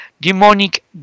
Demonic